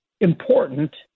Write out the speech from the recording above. important